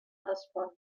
respondre